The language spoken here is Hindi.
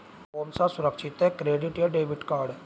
कौन सा सुरक्षित है क्रेडिट या डेबिट कार्ड?